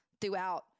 throughout